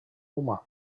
humà